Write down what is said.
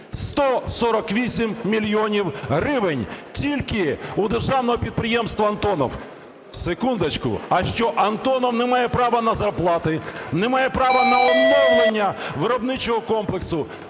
148 мільйонів гривень тільки у Державного підприємства "Антонов". Секундочку. А що, "Антонов" немає право на зарплати, немає право на оновлення виробничого комплексу?